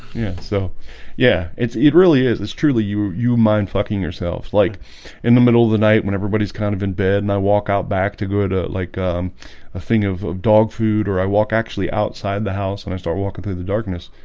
yeah, so yeah it really is it's truly you you mind fucking yourself like in the middle of the night when everybody's kind of in bed and i walk out back to good ah like a thing of of dog food or i walk actually outside the house and i started walking through the darkness.